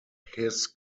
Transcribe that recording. his